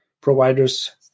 providers